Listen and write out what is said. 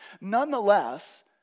Nonetheless